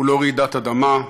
הוא לא רעידת אדמה,